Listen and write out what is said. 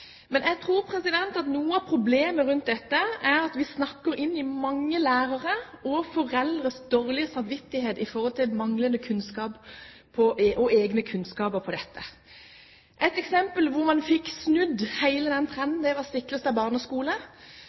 Men jeg tror at noe av problemet rundt dette er at vi snakker inn i mange lærere og foreldres dårlige samvittighet for manglende kunnskap og egne kunnskaper om dette. Et eksempel, hvor man fikk snudd hele den trenden, er Stiklestad barneskole. Her hadde man to inspirerte lærere som dro på kurs og